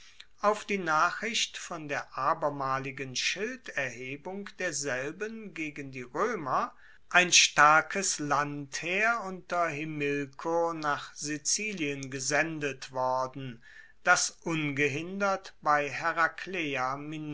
auf die nachricht von der abermaligen schilderhebung derselben gegen die roemer ein starkes landheer unter himilko nach sizilien gesendet worden das ungehindert bei